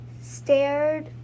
stared